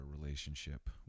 relationship